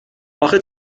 آخه